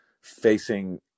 facing